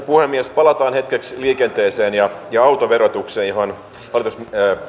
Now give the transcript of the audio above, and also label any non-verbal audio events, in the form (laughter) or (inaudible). (unintelligible) puhemies palataan hetkeksi liikenteeseen ja ja autoverotukseen johon hallitus